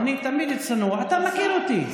אני תמיד צנוע, אתה מכיר אותי.